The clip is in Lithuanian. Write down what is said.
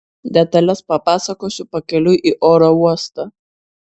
detales papasakosiu pakeliui į oro uostą